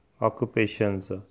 occupations